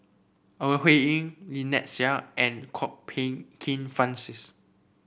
Ore Huiying Lynnette Seah and Kwok Peng Kin Francis